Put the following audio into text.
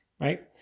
right